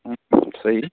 آ صحیح